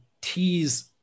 tease